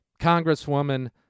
Congresswoman